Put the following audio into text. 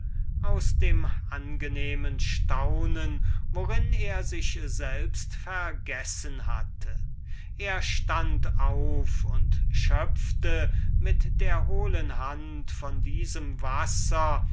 aus dem angenehmen staunen worin er etliche minuten sich selbst vergessen hatte er stand auf und schöpfte mit der hohlen hand von diesem wasser